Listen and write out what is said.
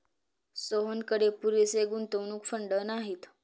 सोहनकडे पुरेसे गुंतवणूक फंड नाहीत